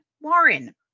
Warren